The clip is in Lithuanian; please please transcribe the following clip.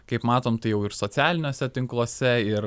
kaip matom tai jau ir socialiniuose tinkluose ir